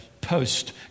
post